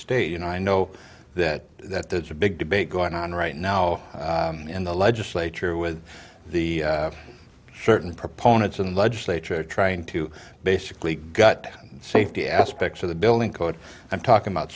state you know i know that that there's a big debate going on right now in the legislature with the certain proponents of the legislature trying to basically gut safety aspects of the building code i'm talking about